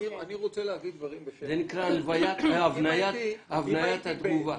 זה נקרא הבניית התגובה.